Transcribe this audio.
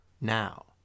Now